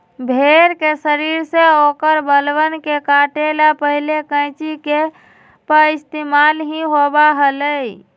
भेड़ के शरीर से औकर बलवन के काटे ला पहले कैंची के पइस्तेमाल ही होबा हलय